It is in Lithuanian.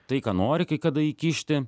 tai ką nori kai kada įkišti